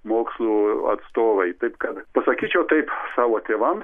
mokslų atstovai taip kad pasakyčiau taip savo tėvams